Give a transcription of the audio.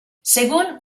según